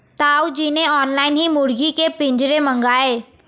ताऊ जी ने ऑनलाइन ही मुर्गी के पिंजरे मंगाए